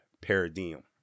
paradigm